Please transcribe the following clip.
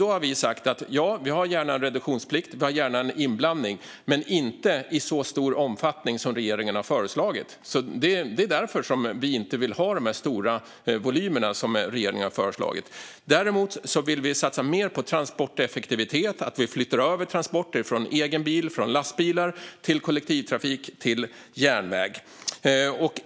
Vi har sagt att vi gärna har en reduktionsplikt och gärna en inblandning - men inte i så stor omfattning som regeringen har föreslagit. Det är alltså därför vi inte vill ha de stora volymer som regeringen har föreslagit. Däremot vill vi satsa mer på transporteffektivitet, det vill säga att man flyttar över transporter från egen bil och lastbilar till kollektivtrafik och järnväg.